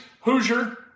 Hoosier